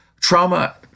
Trauma